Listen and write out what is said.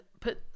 put